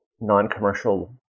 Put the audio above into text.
non-commercial